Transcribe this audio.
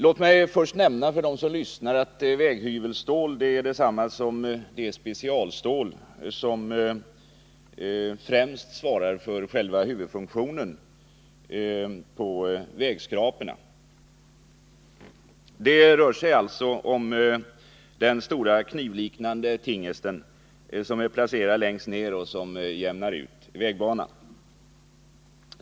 Låt mig först nämna för dem som lyssnar att väghyvelstål är detsamma som det specialstål som svarar för huvudfunktionen hos vägskrapor. Det rör sig alltså om den stora knivliknande tingest som är placerad längst ner och som jämnar ut vägbanan.